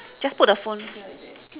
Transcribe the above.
just put the phone